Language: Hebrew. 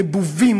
נבובים,